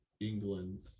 England